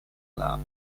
club